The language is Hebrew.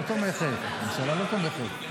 לא, הממשלה לא תומכת, דוחים בחודש.